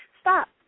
stop